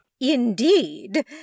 Indeed